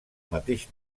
mateix